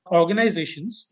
organizations